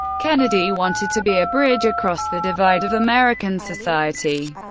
kennedy wanted to be a bridge across the divide of american society.